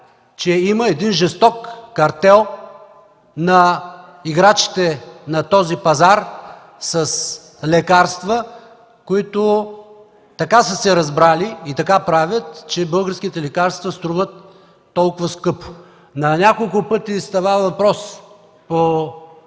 че има един жесток картел на играчите на пазара с лекарства, които така са се разбрали и така правят, че българските лекарства струват толкова скъпо. На няколко пъти става въпрос по